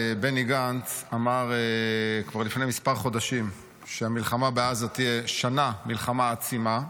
בני גנץ אמר כבר לפני כמה חודשים שהמלחמה בעזה תהיה שנה מלחמה עצימה,